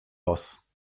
los